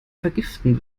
vergiften